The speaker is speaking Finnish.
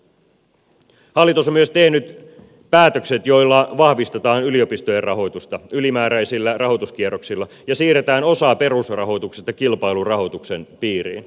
hallitus on myös tehnyt päätökset joilla vahvistetaan yliopistojen rahoitusta ylimääräisillä rahoituskierroksilla ja siirretään osa perusrahoituksesta kilpaillun rahoituksen piiriin